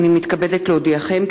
הינני מתכבדת להודיעכם,